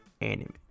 anime